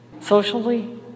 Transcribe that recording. socially